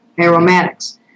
aromatics